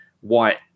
White